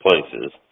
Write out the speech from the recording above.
places